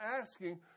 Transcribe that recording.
asking